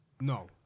No